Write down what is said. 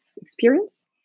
experience